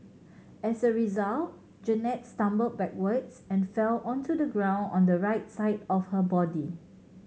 as a result Jeannette stumbled backwards and fell onto the ground on the right side of her body